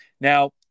Now